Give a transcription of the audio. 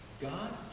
God